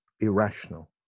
irrational